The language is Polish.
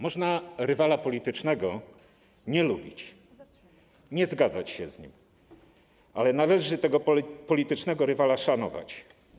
Można rywala politycznego nie lubić, nie zgadzać się z nim, ale należy tego politycznego rywala szanować.